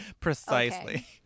precisely